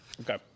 Okay